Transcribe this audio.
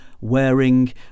wearing